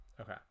Okay